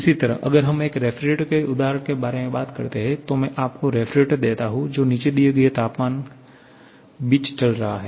इसी तरह अगर हम एक रेफ्रिजरेटर के उदाहरण के बारे में बात करते हैं तो मैं आपको रेफ्रिजरेटर देता हूं जो निचे दिए गए तापमान बीच चल रहा है